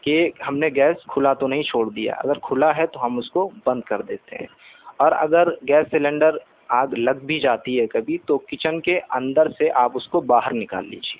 کہ ہم نے گیس کھلا تو نہیں چھوڑ دیا اگر کھلا ہے تو ہم اس کو بند کردیتے ہیں اور اگر گیس سلنڈر آگ لگ بھی جاتی ہے کبھی تو کچن کے اندر سے آپ اس کو باہر نکال لیجیے